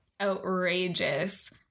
outrageous